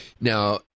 Now